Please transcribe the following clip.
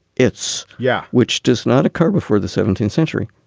it's yeah. which does not occur before the seventeenth century.